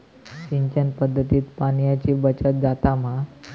सिंचन पध्दतीत पाणयाची बचत जाता मा?